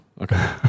Okay